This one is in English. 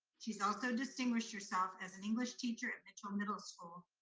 she's also distinguished herself as an english teacher at mitchell middle school,